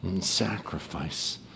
sacrifice